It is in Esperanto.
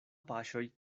paŝoj